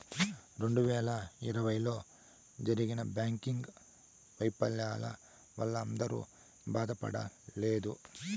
రెండు వేల ఇరవైలో జరిగిన బ్యాంకింగ్ వైఫల్యాల వల్ల అందరూ బాధపడలేదు